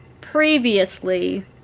previously